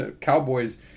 Cowboys